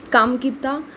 ਕੰਮ ਕੀਤਾ